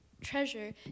treasure